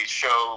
show